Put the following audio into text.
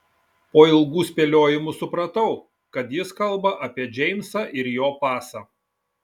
po ilgų spėliojimų supratau kad jis kalba apie džeimsą ir jo pasą